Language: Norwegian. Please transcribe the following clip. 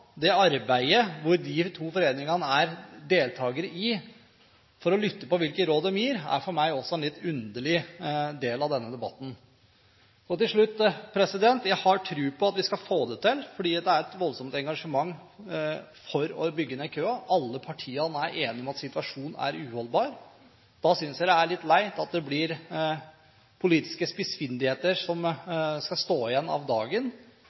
det arbeidet, der de to foreningene er deltagere, for å lytte på hvilke råd de gir, er for meg også en litt underlig del av denne debatten. Til slutt: Jeg har tro på at vi skal få det til, for det er et voldsomt engasjement for å bygge ned køen. Alle partiene er enige om at situasjonen er uholdbar. Da synes jeg det er litt leit at det blir politiske spissfindigheter som står igjen etter dagen,